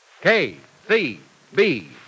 K-C-B